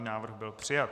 Návrh byl přijat.